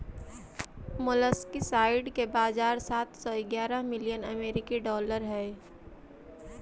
molluscicide के बाजार सात सौ ग्यारह मिलियन अमेरिकी डॉलर हई